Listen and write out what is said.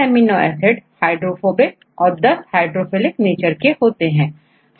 10 amino acid hydrophobic और 10 hydrophilic nature के होते हैं